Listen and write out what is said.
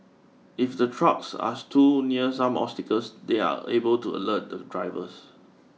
if the trucks are too near some obstacles they are able to alert the drivers